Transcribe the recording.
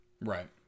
Right